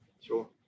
Sure